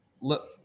look